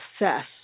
assess